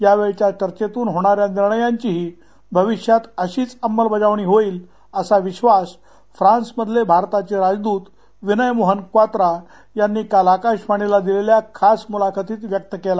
यावेळच्या चर्चेतून होणाऱ्या निर्णयांचीही भविष्यात अशीच अंमलबजावणी होईल असा विधास फ्रान्स मधले भारताचे राजदूत विनय मोहन क्वात्रा यांनी काल आकाशवाणीला दिलेल्या खास मुलाखतीत व्यक्त केला